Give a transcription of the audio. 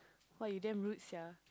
!wah! you damn rude sia